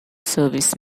service